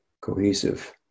cohesive